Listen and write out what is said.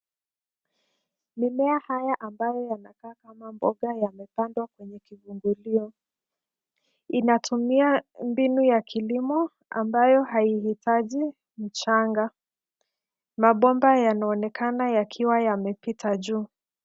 Mimea haya ambayo yanakaa kama mboga yamepandwa kwenye kivumbulio. Inatumia mbinu ya kilimo ambayo haihitaji mchanga. Mabomba yanaonekana yakiwa yamepita juu.